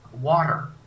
water